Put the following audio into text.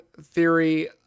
theory